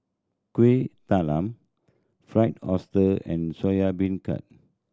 Kuih Talam Fried Oyster and Soya Beancurd